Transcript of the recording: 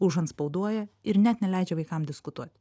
užantspauduoja ir net neleidžia vaikam diskutuot